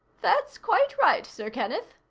that's quite right, sir kenneth,